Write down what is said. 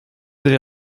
avez